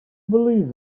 believe